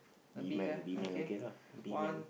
B man B man okay lah B man